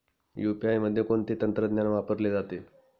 UPI मध्ये कोणते तंत्रज्ञान वापरले जाते?